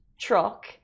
Truck